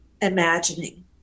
imagining